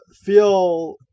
feel